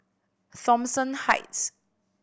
Thomson Heights